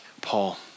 Paul